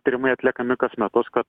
tyrimai atliekami kas metus kad